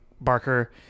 Barker